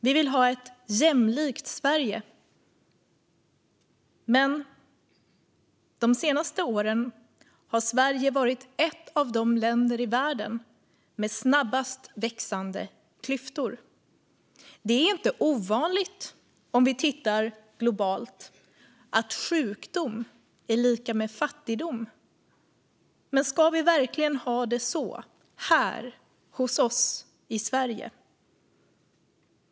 Vi vill ha ett jämlikt Sverige. De senaste åren har Sverige varit ett av länderna i världen med snabbast växande klyftor. Det är inte ovanligt om vi tittar globalt att sjukdom är lika med fattigdom. Men ska vi verkligen ha det så här hos oss i Sverige?